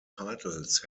titles